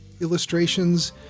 illustrations